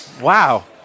wow